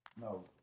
No